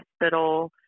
hospital